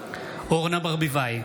אורנה ברביבאי,